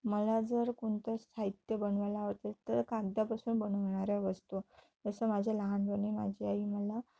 मला जर कोणतंच साहित्य बनवायला आवडते तर कागदापासून बनवणाऱ्या वस्तू जसं माझ्या लहानपणी माझी आई मला